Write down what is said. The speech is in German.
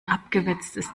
abgewetztes